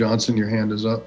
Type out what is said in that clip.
johnson your hand is up